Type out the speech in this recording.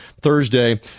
Thursday